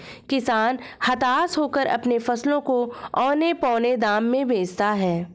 किसान हताश होकर अपने फसलों को औने पोने दाम में बेचता है